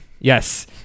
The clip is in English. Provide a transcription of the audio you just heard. Yes